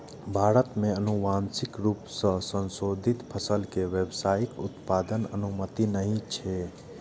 भारत मे आनुवांशिक रूप सं संशोधित फसल के व्यावसायिक उत्पादनक अनुमति नहि छैक